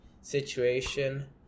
situation